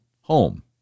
home